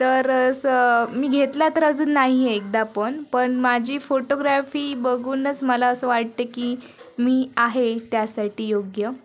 तर असं मी घेतला तर अजून नाही आहे एकदा पण पण माझी फोटोग्रॅफी बघूनच मला असं वाटते की मी आहे त्यासाठी योग्य